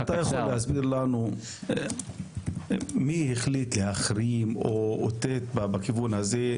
--- אתה יכול להסביר לנו מי החליט להחרים או אותת בכיוון הזה?